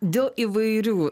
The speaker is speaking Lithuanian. dėl įvairių